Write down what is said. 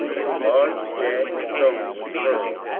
a large jagged stone was hurled,